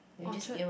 Orchard